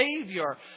savior